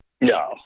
No